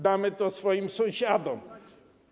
Damy to swoim sąsiadom.